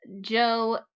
Joe